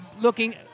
looking